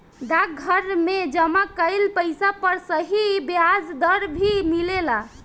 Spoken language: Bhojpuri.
डाकघर में जमा कइल पइसा पर सही ब्याज दर भी मिलेला